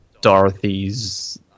Dorothy's